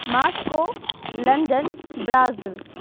Moscow London Brazil